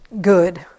good